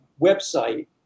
website